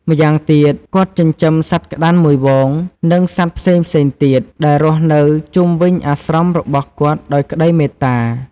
ម្យ៉ាងទៀត គាត់ចិញ្ចឹមសត្វក្ដាន់មួយហ្វូង និងសត្វផ្សេងៗទៀត ដែលរស់នៅជុំវិញអាស្រមរបស់គាត់ដោយក្ដីមេត្តា។